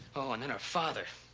oh, and then her father.